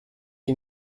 ils